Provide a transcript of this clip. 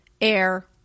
air